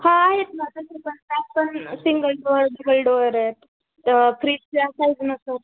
हा आहेत ना त्याच्यामध्ये पण सिंगल डोअर डबल डोअर आहेत फ्रीजच्या साईज नसतात